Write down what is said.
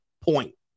point